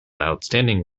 outstanding